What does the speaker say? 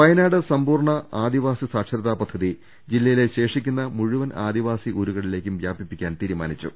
വയനാട് സമ്പൂർണ ആദിവാസി സാക്ഷരതാ പദ്ധതി ജില്ലയിലെ ശേഷിക്കുന്ന മുഴുവൻ ആദിവാസി ഊരുകളിലേക്കും വ്യാപിപിക്കാൻ തീരുമാനിച്ചു